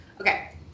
okay